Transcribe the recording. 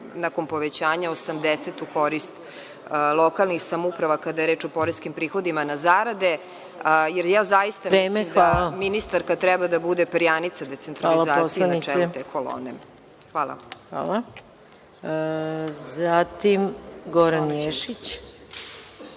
nakon povećanja 80 u korist lokalnih samouprava kada je reč o poreskim prihodima na zarade, jer zaista smatram da ministarka treba da bude perjanica decentralizacije na čelu te kolone. Hvala. **Maja Gojković**